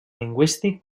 lingüístic